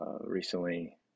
recently